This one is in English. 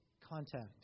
contact